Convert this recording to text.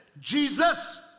Jesus